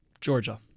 Georgia